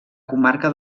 comarca